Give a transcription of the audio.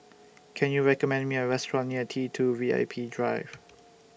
Can YOU recommend Me A Restaurant near T two V I P Drive